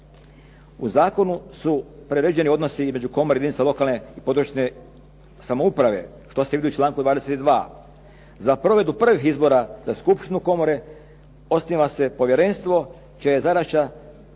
U zakonu su priređeni odnosi između komore i jedinica lokalne i područne samouprave što se vidi u članku 22. Za provedbu prvih izbora za skupštinu komore osniva se povjerenstvo čija je zadaća